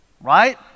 right